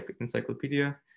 encyclopedia